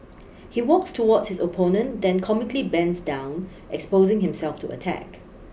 he walks towards his opponent then comically bends down exposing himself to attack